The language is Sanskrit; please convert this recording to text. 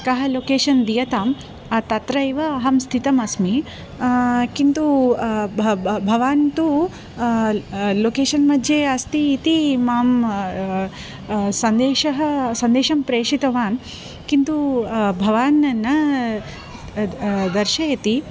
कः लोकेशन् दीयताम् तत्रैव अहं स्थितम् अस्मि किन्तु अब् भ् भवान् तु अल् लोकेशन्मध्ये अस्तीति माम् सन्देशः सन्देशं प्रेषितवान् किन्तु भवान् ना द द दर्शयति